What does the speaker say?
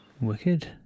Wicked